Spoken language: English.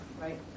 Right